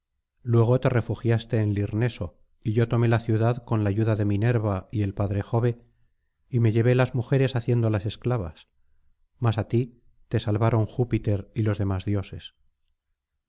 luego te refugiaste en lirneso y yo tomé la ciudad con la ayuda de minerva y del padre jove y me llevé las mujeres haciéndolas esclavas mas á ti te salvaron júpiter y los demás dioses